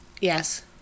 Yes